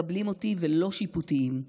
מקבלים אותי, ולא שיפוטיים.